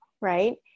right